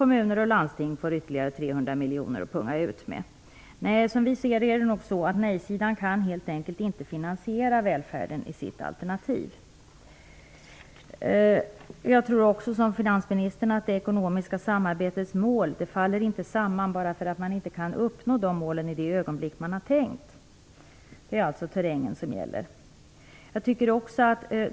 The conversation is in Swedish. Kommuner och landsting skall dessutom punga ut ytterligare 300 miljoner kronor. Som vi ser det kan nej-sidan helt enkelt inte finansiera välfärden i sitt alternativ. Precis som finansministern, tror jag inte att det ekonomiska samarbetets mål faller samman bara därför att man inte kan uppnå målen i de ögonblick som man har tänkt sig. Det är alltså terrängen som gäller.